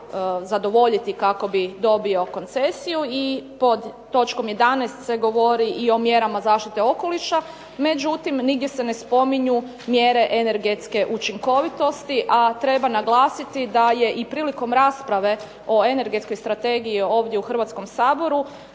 zadovoljiti kako bi dobio koncesiju. I pod točkom 11. se govori i o mjerama zaštite okoliša. Međutim nigdje se ne spominju mjere energetske učinkovitosti, a treba naglasiti da je i prilikom rasprave o energetskoj strategiji ovdje u Hrvatskom saboru,